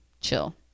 chill